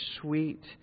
sweet